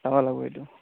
চাব লাগিব সেইটো